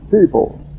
people